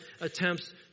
attempts